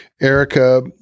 Erica